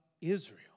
Israel